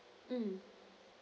mm